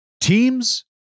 Teams